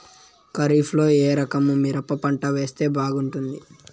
ఖరీఫ్ లో ఏ రకము మిరప పంట వేస్తే బాగుంటుంది